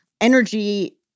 energy